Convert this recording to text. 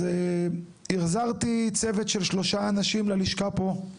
אז החזרתי צוות של שלושה אנשים ללשכה פה, בכנסת.